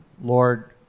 Lord